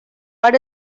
but